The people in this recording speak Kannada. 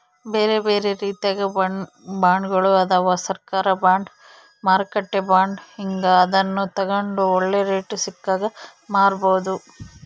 ಬೇರೆಬೇರೆ ರೀತಿಗ ಬಾಂಡ್ಗಳು ಅದವ, ಸರ್ಕಾರ ಬಾಂಡ್, ಮಾರುಕಟ್ಟೆ ಬಾಂಡ್ ಹೀಂಗ, ಅದನ್ನು ತಗಂಡು ಒಳ್ಳೆ ರೇಟು ಸಿಕ್ಕಾಗ ಮಾರಬೋದು